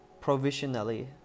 provisionally